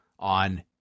On